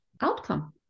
outcome